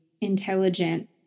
intelligent